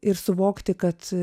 ir suvokti kad